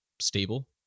stable